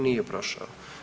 Nije prošao.